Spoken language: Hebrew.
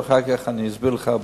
ואחר כך אני אסביר לך בפרוטרוט.